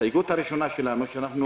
ההסתייגות הראשונה שלנו היא שאנחנו